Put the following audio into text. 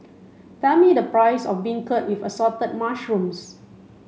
tell me the price of beancurd with assorted mushrooms